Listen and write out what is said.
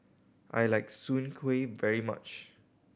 I like Soon Kuih very much